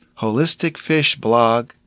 holisticfishblog